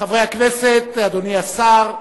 חברי הכנסת, אדוני השר,